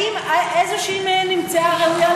האם איזושהי מהן נמצאה ראויה?